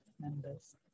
members